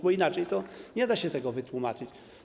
Bo inaczej to nie da się tego wytłumaczyć.